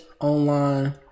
online